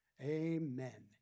amen